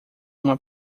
uma